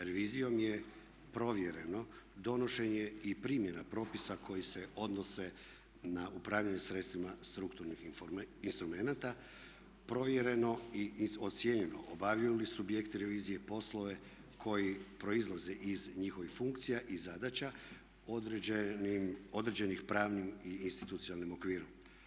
Revizijom je provjereno donošenje i primjena propisa koji se odnose na upravljanje sredstvima strukturnih instrumenata provjereno i ocijenjeno obavili subjekti revizije poslove koji proizlaze iz njihovih funkcija i zadaća određenih pravnim i institucionalnim okvirom.